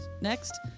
Next